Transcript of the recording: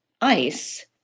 ICE